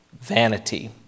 vanity